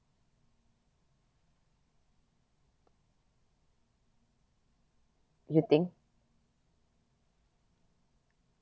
you think